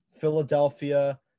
Philadelphia